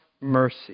mercy